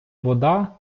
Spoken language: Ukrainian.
вода